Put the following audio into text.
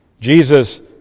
Jesus